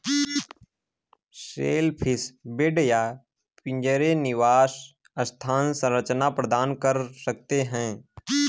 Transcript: shellfish bed या पिंजरे निवास स्थान संरचना प्रदान कर सकते हैं